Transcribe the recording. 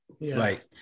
right